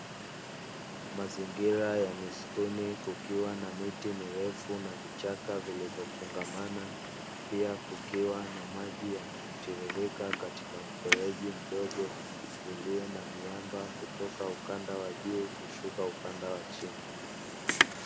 Mazingira ya misituni kukiwa na miti mirefu na vichaka vilivyofungamana, pia kukiwa na maji yanayotiririka katika mfereji mdogo ulio na miamba kutoka ukanda wa juu kushuka ukanda wa chini.